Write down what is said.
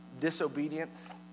disobedience